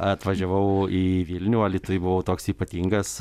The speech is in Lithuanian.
atvažiavau į vilnių alytuj buvau toks ypatingas